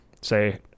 say